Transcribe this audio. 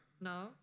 No